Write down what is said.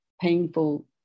painful